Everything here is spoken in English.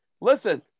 Listen